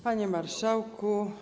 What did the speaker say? Panie Marszałku!